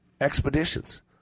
Expeditions